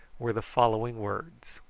were the following words